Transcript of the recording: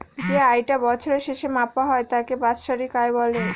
যে আয় টা বছরের শেষে মাপা হয় তাকে বাৎসরিক আয় বলে